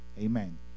Amen